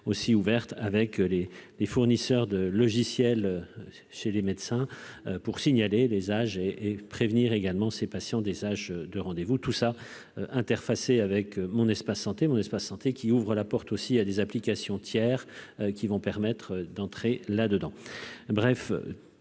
aussi ouverte avec les les fournisseurs de logiciels chez les médecins pour signaler les âges et et prévenir également ses patients des âges de rendez-vous tout ça interface et avec mon espace santé mon espace santé qui ouvrent la porte aussi à des applications tiers qui vont permettre d'entrer là dedans, bref,